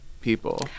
people